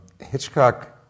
Hitchcock